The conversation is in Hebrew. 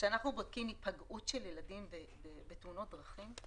כשאנחנו בודקים היפגעות של ילדים בתאונות דרכים,